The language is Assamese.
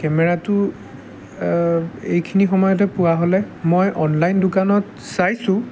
কেমেৰাটো এইখিনি সময়তে পোৱা হ'লে মই অনলাইন দোকানত চাইছোঁ